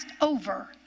over